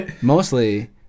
Mostly